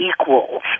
equals